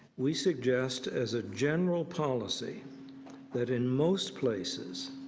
we suggest as ah general policy that in most places,